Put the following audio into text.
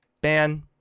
Ban